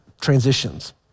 transitions